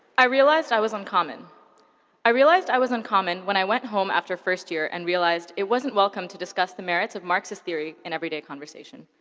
i realized i was uncommon i realized i was uncommon when i went home after first year and realized it wasn't welcome to discuss the merits of marxist theory in everyday conversation.